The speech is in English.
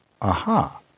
aha